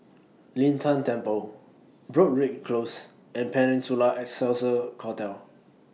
Lin Tan Temple Broadrick Close and Peninsula Excelsior Hotel